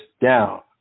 down